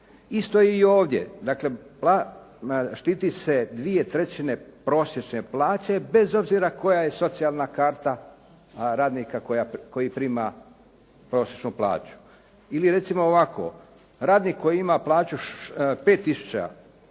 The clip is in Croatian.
Isto i ovdje štiti se dvije trećine prosječne plaće, bez obzira koja je socijalna karta radnika koji prima prosječnu plaću. Ili recimo ovako, radnik koji ima plaću 5 tisuća,